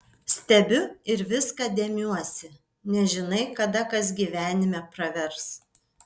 stebiu ir viską dėmiuosi nežinai kada kas gyvenime pravers